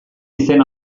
izen